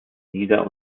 nieder